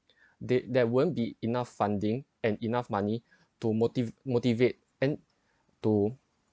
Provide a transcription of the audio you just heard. did that won't be enough funding and enough money to motiv~ motivate and to